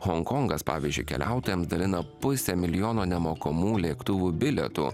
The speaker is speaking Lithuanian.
honkongas pavyzdžiui keliautojam dalina pusę milijono nemokamų lėktuvų bilietų